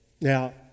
Now